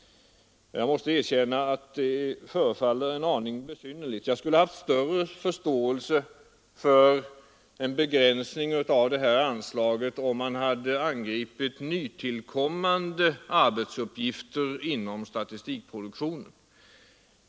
Jag måste erkänna att det förefaller en aning besynnerligt. Jag skulle ha haft större förståelse för ett krav på en begränsning av anslaget, om man hade angripit nytillkommande arbetsuppgifter inom statistikproduktionen.